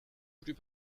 plus